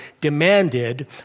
demanded